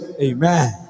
Amen